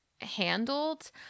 handled